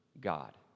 God